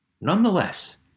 Nonetheless